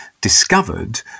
discovered